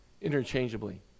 interchangeably